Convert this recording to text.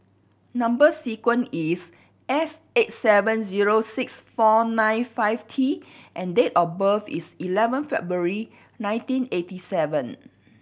number sequence is S eight seven zero six four nine five T and date of birth is eleven February nineteen eighty seven